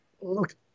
Look